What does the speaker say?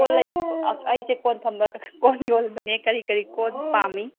ꯀꯣꯟ ꯑꯩꯁꯦ ꯀꯣꯟ ꯊꯝꯕ ꯀꯣꯟ ꯌꯣꯟꯕꯅꯦ ꯀꯔꯤ ꯀꯔꯤ ꯀꯣꯟ ꯄꯥꯝꯃꯤ